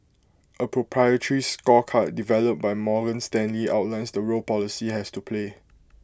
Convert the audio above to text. A proprietary scorecard developed by Morgan Stanley outlines the role policy has to play